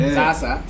sasa